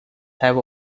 have